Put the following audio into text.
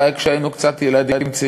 אולי כשהיינו קצת ילדים,